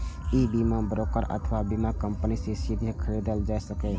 ई बीमा ब्रोकर अथवा बीमा कंपनी सं सीधे खरीदल जा सकैए